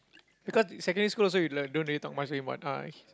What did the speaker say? because secondary school also you like don't really talk much to anyone ah